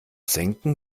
senken